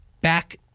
back